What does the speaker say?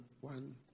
one